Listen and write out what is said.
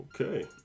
Okay